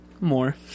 More